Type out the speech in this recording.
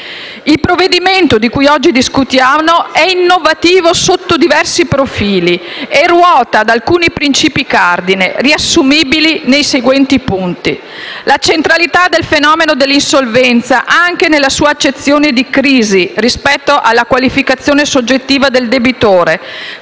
Il provvedimento di cui oggi discutiamo è innovativo sotto diversi profili e ruota attorno ad alcuni principi cardine che sono riassumibili nei seguenti punti: la centralità del fenomeno dell'insolvenza anche nella sua accezione di crisi rispetto alla qualificazione soggettiva del debitore,